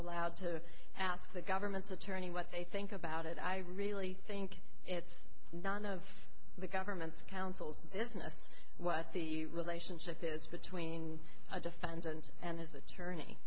allowed to ask the government's attorney what they think about it i really think it's none of the government's counsel's business what the relationship is between a defendant and his attorney